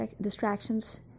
distractions